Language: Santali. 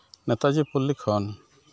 ᱱᱮᱛᱟᱡᱤ ᱯᱚᱞᱞᱤ ᱠᱷᱚᱱ